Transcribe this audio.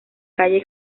calle